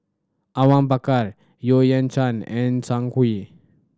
Awang Bakar Yeo Kian Chai and Zhang Hui